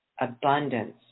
abundance